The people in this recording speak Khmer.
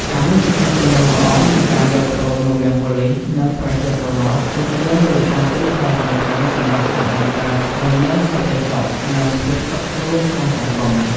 ការមានទំនាក់ទំនងល្អ និងការយល់ព្រមរវាងប៉ូលីស និងប្រជាពលរដ្ឋ គឺជាមូលដ្ឋានគ្រឹះដ៏សំខាន់សម្រាប់ការបង្កើត និងមានសន្តិសុខ និងភាពសុខស្រួលក្នុងសង្គម។